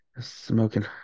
smoking